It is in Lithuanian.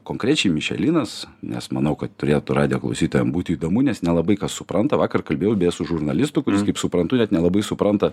konkrečiai mišelinas nes manau kad turėtų radijo klausytojam būti įdomu nes nelabai kas supranta vakar kalbėjau beja su žurnalistu kuris kaip suprantu net nelabai supranta